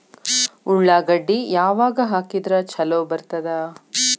ಉಳ್ಳಾಗಡ್ಡಿ ಯಾವಾಗ ಹಾಕಿದ್ರ ಛಲೋ ಬರ್ತದ?